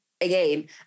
again